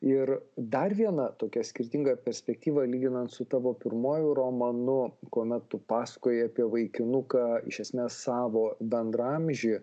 ir dar viena tokia skirtinga perspektyva lyginant su tavo pirmuoju romanu kuomet tu pasakojai apie vaikinuką iš esmės savo bendraamžį